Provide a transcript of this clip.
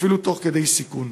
אפילו תוך כדי סיכון.